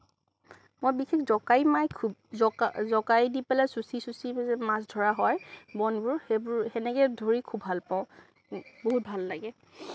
মই বিশেষ জকাই মাৰি খুব জকাই জকাই দি পেলাই চুচি চুচি যে মাছ ধৰা হয় বনবোৰ সেনেকে ধৰি খুব ভাল পাওঁ বহুত ভাল লাগে